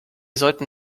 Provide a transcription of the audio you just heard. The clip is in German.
sollten